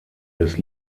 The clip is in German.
des